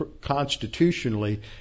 constitutionally